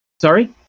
Sorry